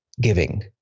giving